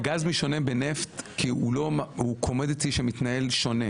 הגז משונה מנפט כי הוא commodity שמתנהל שונה.